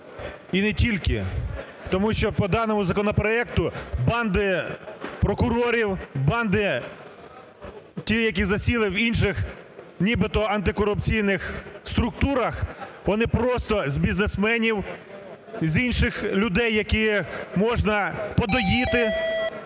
і не тільки, тому що по даному законопроект банди прокурорів, банди ті, які засіли в інших нібито антикорупційних структурах вони просто з бізнесменів і з інших людей, які можна подоїти